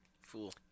Fool